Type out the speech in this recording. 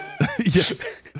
Yes